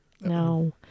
No